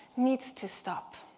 needs to stop.